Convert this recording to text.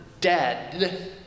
dead